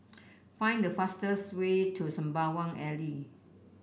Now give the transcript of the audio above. find the fastest way to Sembawang Alley